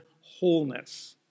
wholeness